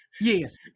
yes